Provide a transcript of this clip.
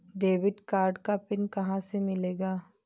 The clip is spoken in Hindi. डेबिट कार्ड का पिन कहां से मिलेगा?